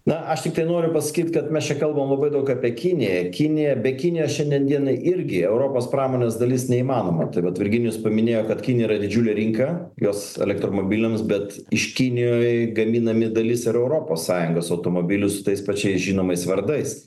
na aš tiktai noriu pasakyt kad mes čia kalbam labai daug apie kiniją kinija be kinijos šiandien dienai irgi europos pramonės dalis neįmanoma tai vat virginijus paminėjo kad kinija yra didžiulė rinka jos elektromobiliams bet iš kinijoj gaminami dalis ir europos sąjungos automobilių su tais pačiais žinomais vardais